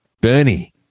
Bernie